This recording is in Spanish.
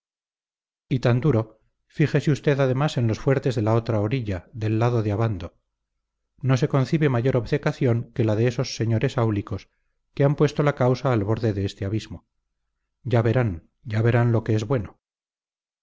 y tan duro fíjese usted además en los fuertes de la otra orilla del lado de abando no se concibe mayor obcecación que la de esos señores áulicos que han puesto la causa al borde de este abismo ya verán ya verán lo que es bueno